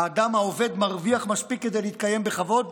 האדם העובד מרוויח מספיק כדי להתקיים בכבוד?